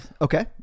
Okay